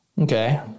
Okay